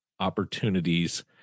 opportunities